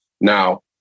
now